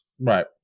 right